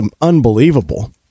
unbelievable